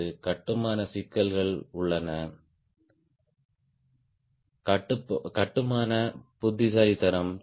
கட்டுமான சிக்கல்கள் உள்ளன கட்டுமான புத்திசாலித்தனம் தேவை